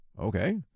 Okay